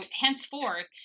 henceforth